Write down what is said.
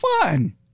Fun